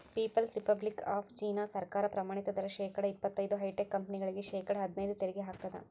people's republic of China ಸರ್ಕಾರ ಪ್ರಮಾಣಿತ ದರ ಶೇಕಡಾ ಇಪ್ಪತೈದು ಹೈಟೆಕ್ ಕಂಪನಿಗಳಿಗೆ ಶೇಕಡಾ ಹದ್ನೈದು ತೆರಿಗೆ ಹಾಕ್ತದ